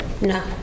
No